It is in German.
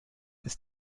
ist